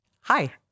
Hi